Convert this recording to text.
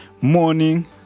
morning